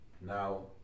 Now